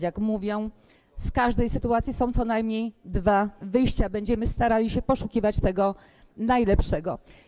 Jak mówią, z każdej sytuacji są co najmniej dwa wyjścia, będziemy starali się poszukiwać tego najlepszego.